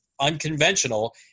unconventional